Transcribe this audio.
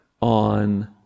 on